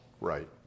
Right